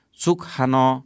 sukhano